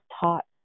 taught